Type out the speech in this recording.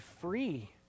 free